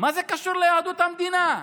מה זה קשור ליהדות המדינה?